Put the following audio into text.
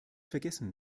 vergessen